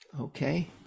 okay